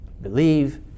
Believe